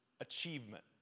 achievement